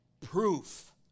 proof